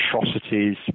atrocities